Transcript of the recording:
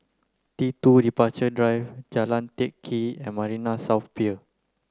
T two Departure Drive Jalan Teck Kee and Marina South Pier